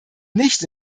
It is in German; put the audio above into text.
nicht